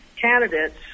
candidates